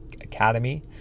Academy